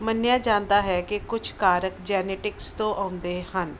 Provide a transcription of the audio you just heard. ਮੰਨਿਆ ਜਾਂਦਾ ਹੈ ਕਿ ਕੁਝ ਕਾਰਕ ਜੈਨੇਟਿਕਸ ਤੋਂ ਆਉਂਦੇ ਹਨ